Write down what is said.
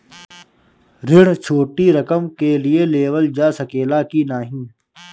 ऋण छोटी रकम के लिए लेवल जा सकेला की नाहीं?